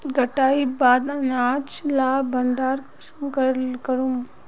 कटाईर बाद अनाज लार भण्डार कुंसम करे करूम?